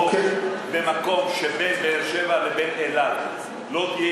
במקום שבין באר-שבע לבין אילת לא תהיה